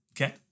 Okay